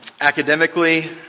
academically